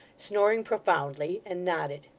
snoring profoundly, and nodded.